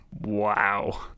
Wow